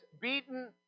beaten